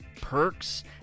perks